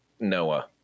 noah